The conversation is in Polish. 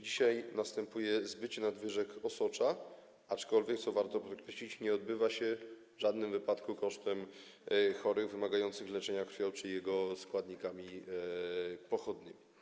Dzisiaj następuje zbycie nadwyżek osocza, aczkolwiek, co warto podkreślić, nie odbywa się to w żadnym wypadku kosztem chorych wymagających leczenia krwią czy jej składnikami pochodnymi.